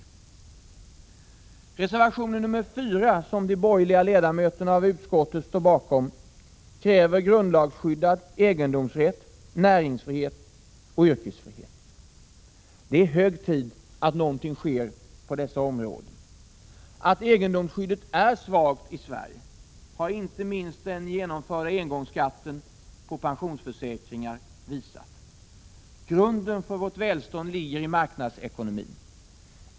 I reservation nr 4, som de borgerliga ledamöterna av utskottet står bakom, krävs grundlagsskyddad egendomsrätt, näringsfrihet och yrkesfrihet. Det är hög tid att något sker på dessa områden. Att egendomsskyddet är svagt i Sverige har inte minst den genomförda engångsskatten på pensionsförsäkringar visat. Grunden för vårt välstånd ligger i marknadsekonomin.